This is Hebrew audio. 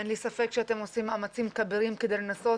אין לי ספק שאתם עושים מאמצים כבירים כדי לנסות